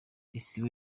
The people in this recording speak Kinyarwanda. isibo